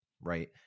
right